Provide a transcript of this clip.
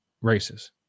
races